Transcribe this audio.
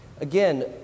Again